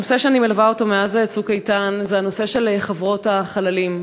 נושא שאני מלווה מאז "צוק איתן" הוא הנושא של חברות החללים.